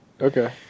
okay